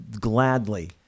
gladly